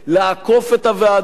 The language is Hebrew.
לעקוף את הוועדה,